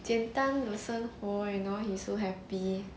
简单的生活 you know he so happy